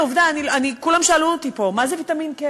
מה אדוני מציע לעשות עם ההצעה לסדר-היום?